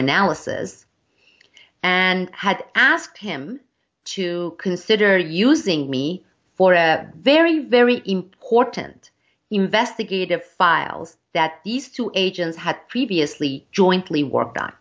analysis and had asked him to consider using me for a very very important investigative files that these two agents had previously jointly worked on